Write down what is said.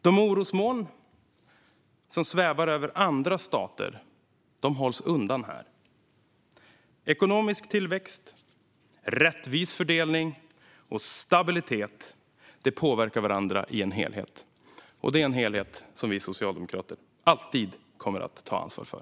De orosmoln som svävar över andra stater hålls undan i Sverige. Ekonomisk tillväxt, rättvis fördelning och stabilitet påverkar varandra i en helhet - en helhet som vi socialdemokrater alltid kommer att ta ansvar för.